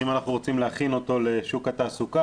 אם אנחנו רוצים להכין אותו לשוק התעסוקה